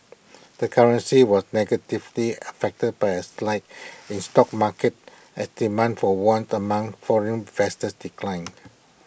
the currency was negatively affected by A slide in stock markets as demand for once among foreign investors declined